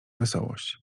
wesołość